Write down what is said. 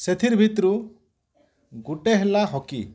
ସେଥିର୍ ଭିତ୍ରୁ ଗୁଟେ ହେଲା ହକି